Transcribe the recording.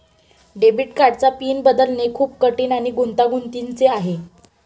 debit कार्डचा pin बदलणे खूप कठीण आणि गुंतागुंतीचे आहे